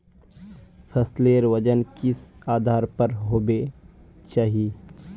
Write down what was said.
फसलेर वजन किस आधार पर होबे चही?